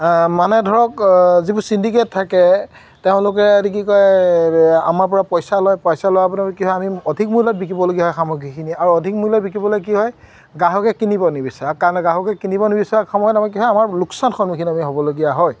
মানে ধৰক যিবোৰ চিণ্ডিকেট থাকে তেওঁলোকে কি কয় আমাৰ পৰা পইচা লয় পইচা লোৱা কি হয় আমি অধিক মূল্যত বিকিবলগীয়া হয় সামগ্ৰীখিনি আৰু অধিক মূল্যত বিকিবলৈ কি হয় গ্ৰাহকে কিনিব নিবিচাৰে কাৰণ গ্ৰাহকে কিনিব নিবিচাৰ সময়ত আমি কি হয় আমাৰ লোকচান সন্মুখীন আমি হ'বলগীয়া হয়